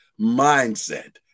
mindset